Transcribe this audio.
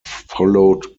followed